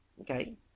okay